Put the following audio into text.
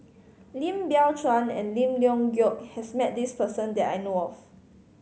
Lim Biow Chuan and Lim Leong Geok has met this person that I know of